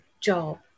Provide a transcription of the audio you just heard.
job